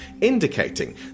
indicating